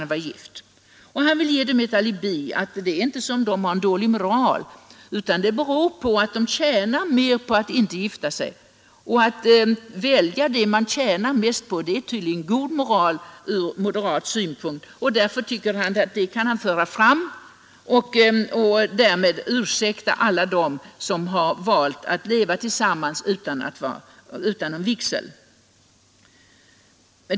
Det är inte så att de har en dålig moral, tycks herr Burenstam Linder mena, utan det beror på att de tjänar på att inte gifta sig, och att välja det man tjänar mest på är tydligen god moral ur moderat synpunkt. Genom att föra fram detta anför herr Burenstam Linder en ursäkt för alla dem som har valt att leva tillsammans utan att vara vigda.